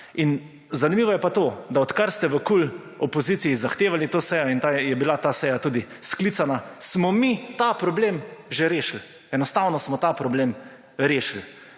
In, zanimivo je pa to, da odkar ste v KUL opoziciji zahtevali to sejo in je bila ta seja tudi sklicana, smo mi ta problem že rešili. Enostavno smo ta problem rešil.